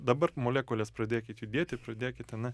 dabar molekulės pradėkit judėti pradėkit a ne